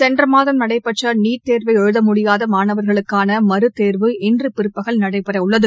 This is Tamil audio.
சென்ற மாதம் நடைபெற்ற நீட் தேர்வை எழுத முடியாத மாணவர்களுக்கான மறுதேர்வு இன்று பிற்பகல் நடைபெறவுள்ளது